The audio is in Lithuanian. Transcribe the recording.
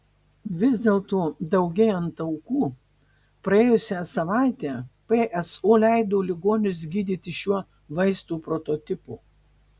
vis dėlto daugėjant aukų praėjusią savaitę pso leido ligonius gydyti šiuo vaisto prototipu